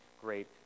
great